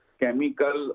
chemical